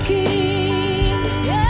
King